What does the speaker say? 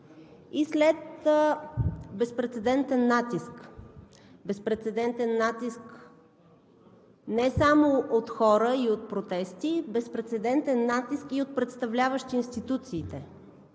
и след безпрецедентен натиск – безпрецедентен натиск не само от хора и от протести, безпрецедентен натиск и от представляващи институциите.